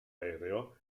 aereo